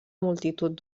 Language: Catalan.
multitud